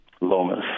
Lomas